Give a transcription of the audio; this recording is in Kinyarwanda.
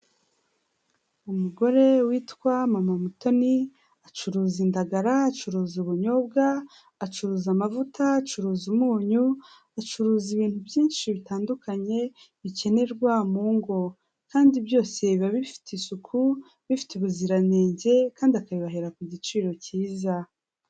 Umugore witwa mama Mutoni, acuruza indagara, acuruza ubunyobwa, acuruza amavuta, acuruza umunyu, acuruza ibintu byinshi bitandukanye bikenerwa mu ngo kandi byose biba bifite isuku, bifite ubuziranenge kandi akabibahera ku giciro cyiza.